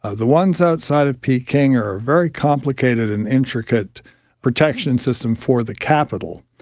the ones outside of peking are a very complicated and intricate protection system for the capital.